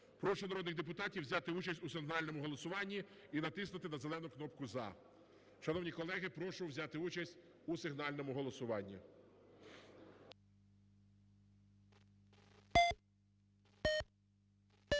Прошу народних депутатів взяти участь у сигнальному голосуванні і натиснути на зелену кнопку "за". Шановні колеги, прошу взяти участь у сигнальному голосуванні.